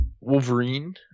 Wolverine